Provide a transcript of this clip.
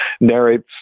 narrates